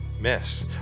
Miss